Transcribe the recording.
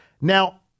Now